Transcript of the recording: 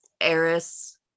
Eris